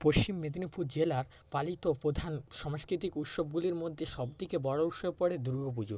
পশ্চিম মেদিনীপুর জেলার পালিত প্রধান সাংস্কৃতিক উৎসবগুলির মধ্যে সবথেকে বড় উৎসব পড়ে দুর্গাপুজো